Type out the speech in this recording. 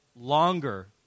longer